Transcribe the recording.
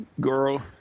girl